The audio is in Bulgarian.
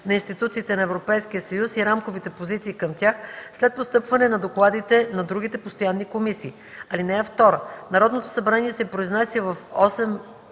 на институциите на Европейския съюз и рамковите позиции към тях след постъпване на докладите на другите постоянни комисии. (2) Народното събрание се произнася в